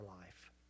life